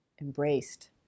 embraced